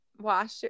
Wash